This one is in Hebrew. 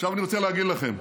עכשיו אני רוצה להגיד לכם,